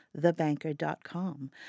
thebanker.com